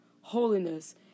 holiness